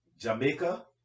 Jamaica